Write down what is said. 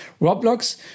roblox